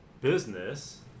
business